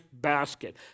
basket